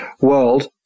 world